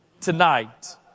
tonight